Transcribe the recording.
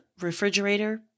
refrigerator